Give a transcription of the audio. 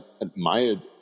admired